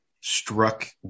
struck